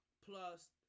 plus